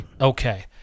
Okay